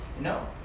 No